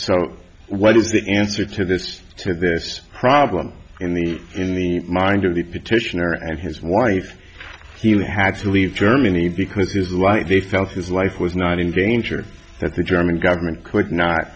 so what is the answer to this to this problem in the in the mind of the petitioner and his wife had to leave germany because it is like they felt his life was not in danger that the german government could not